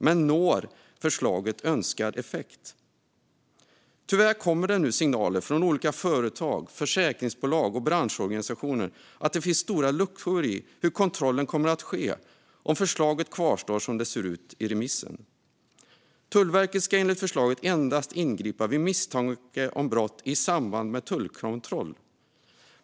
Men når förslaget önskad effekt? Tyvärr kommer det nu signaler från olika företag, försäkringsbolag och branschorganisationer att det finns stora luckor i hur kontrollen kommer att ske om förslaget kvarstår som det ser ut i remissen. Tullverket ska enligt förslaget endast ingripa vid misstanke om brott i samband med tullkontroll.